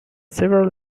several